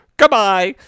Goodbye